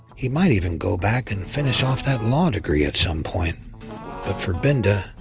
he might even go back and finish off that law degree at some point, but for binda,